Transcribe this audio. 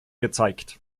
gezeigt